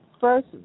first